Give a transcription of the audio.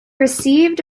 received